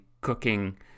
cooking